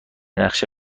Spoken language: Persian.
نقشه